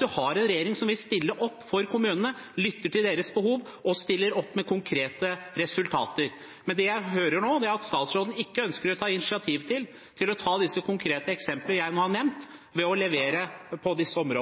man har en regjering som vil stille opp for kommunene, lytte til deres behov og stille opp med konkrete resultater. Men det jeg hører, er at statsråden ikke ønsker å ta initiativ når det gjelder de konkrete eksemplene jeg nå har nevnt, til å levere på disse områdene